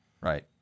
Right